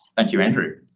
thank you, andrew.